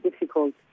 difficult